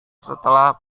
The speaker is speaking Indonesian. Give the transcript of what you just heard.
setelah